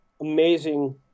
amazing